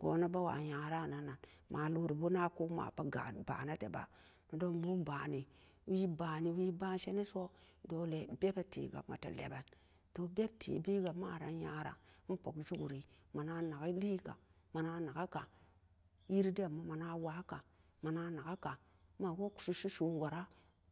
Poni bo wa nyara nan-nan ma pat ga'an ba'n ne wee bani we ba'a ne a baseniso dole bebe be tega a te labeen to beb te be ga ma man nyaran e pok e jukiri manan e na ki lee kan mana na ke kan yiri den ma mana waa kan mana nakee kan e ma woki su-su wara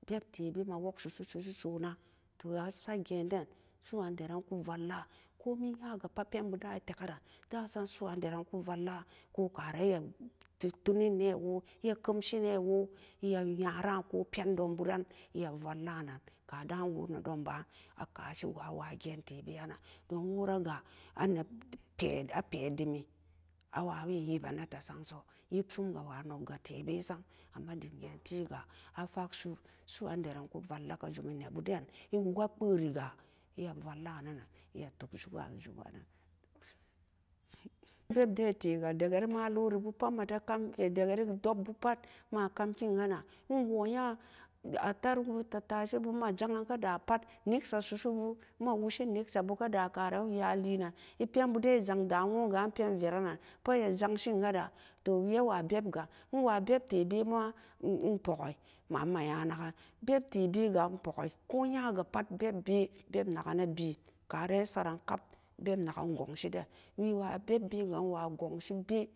peksu su suse so na toh a saa gen den su'uandaran ku valla ko mai ya kaa pat pen bu dan e tee karan dasam su'uandaran ku valla ko karan tot tunenan e woo e yee kam se'an nee woo e yaa nyaran ko pen don bu ran nan e ma valla nan ka da woo nee don ba bun na ka see goo a sa'a gen so a waa gee tee be'an ga a pee dee mi a waa wee'an yee benee te sang soo yeepsum ga waa non ga tebe sang amma deem ga'an tee ga a fak su'u su'uandaran ku valla ka jum mi nee bu den e wuka pa'ah ree ga e ma vallan nenan e ma fuk ju ka ne juman nan beb den bee tee ga daga rée malori bu pat daga rée dop boo pat maa kam ken na-nan e woo yen daga ree attarugu tattasai bu neksa boo e ma ja'an nee da'a pat neksa subu boo ka ran we a leenan e pen bo den. e jang da woogan wo'an vere nan ka'an wee a lee nan e peen bo den e jan da wo'an veree nan pat ra jansen ka da toh wee e wa beb ga, beb tee bee ga poki an ma yee na ken beb tee bee gaa e poki ko yaga pat beb bee beb na ke ne been. Ka ran e satran kap beb naken gonsi den wee wa beb be ga a wa gonsi bee.